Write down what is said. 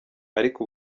ariko